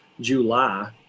July